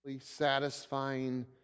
satisfying